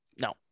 no